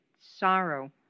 sorrow